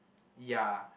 ya